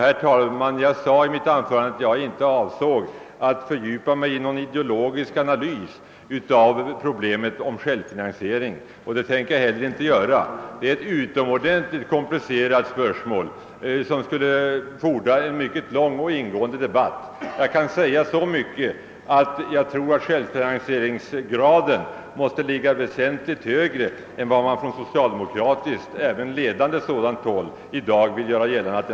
Jag framhöll i mitt anförande att jag inte avsåg att fördjupa mig i någon ideologisk analys av problemet om självfinansiering, och det tänker jag inte heller göra — det är ett utomordentligt komplicerat spörsmål som skulle fordra en lång och ingående debatt. Jag kan emellertid säga så mycket som att jag tror att självfinansieringsgraden bör ligga väsentligt högre än vad man från socialdemokratiskt håll även ledande sådant — gör gällande.